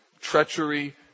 treachery